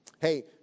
Hey